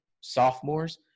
sophomores